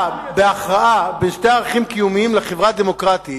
לחברה דמוקרטית,